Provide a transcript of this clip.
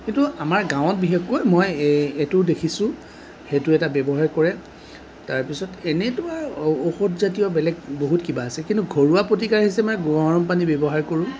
কিন্তু আমাৰ গাঁৱত বিশেষকৈ মই এইটো দেখিছোঁ সেইটো এটা ব্যৱহাৰ কৰে তাৰপিছত এনেইতো আৰু ঔ ঔষধজাতীয় বেলেগ বহুত কিবা আছে কিন্তু ঘৰুৱা প্ৰতিকাৰ হিচাপে গৰম পানী ব্যৱহাৰ কৰোঁ